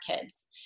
kids